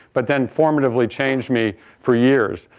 but then formatively changed me for years.